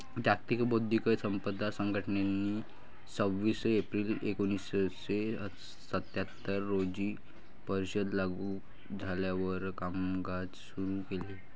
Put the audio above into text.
जागतिक बौद्धिक संपदा संघटनेने सव्वीस एप्रिल एकोणीसशे सत्याहत्तर रोजी परिषद लागू झाल्यावर कामकाज सुरू केले